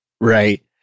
right